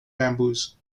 bamboos